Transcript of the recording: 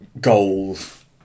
goals